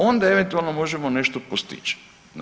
Onda eventualno možemo nešto postići.